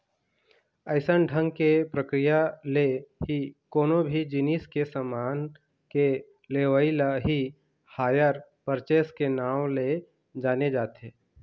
अइसन ढंग के प्रक्रिया ले ही कोनो भी जिनिस के समान के लेवई ल ही हायर परचेस के नांव ले जाने जाथे